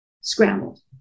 scrambled